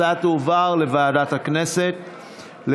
גם הצעת החוק הזאת תועבר לוועדת הכנסת לקביעה,